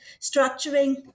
structuring